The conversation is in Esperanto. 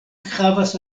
havas